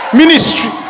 ministry